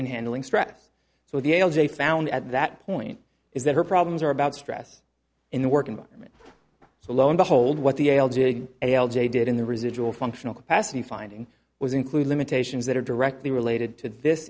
in handling stress so the ails they found at that point is that her problems are about stress in the work environment so lo and behold what the a l j did in the residual functional capacity of finding was include limitations that are directly related to this